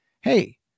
hey